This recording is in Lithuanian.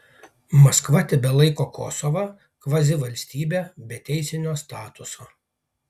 maskva tebelaiko kosovą kvazivalstybe be teisinio statuso